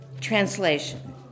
Translation